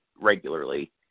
regularly